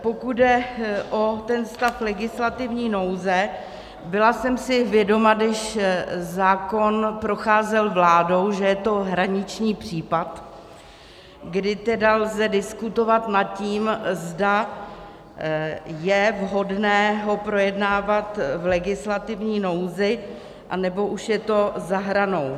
Pokud jde o ten stav legislativní nouze, byla jsem si vědoma, když zákon procházel vládou, že je to hraniční případ, kdy tedy lze diskutovat nad tím, zda je vhodné ho projednávat v legislativní nouzi, anebo už je to za hranou.